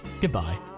Goodbye